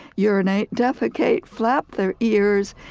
urinate, defecate, flap their ears,